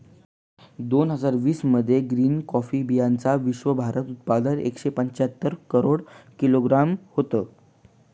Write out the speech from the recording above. दोन हजार वीस मध्ये ग्रीन कॉफी बीयांचं विश्वभरात उत्पादन एकशे पंच्याहत्तर करोड किलोग्रॅम होतं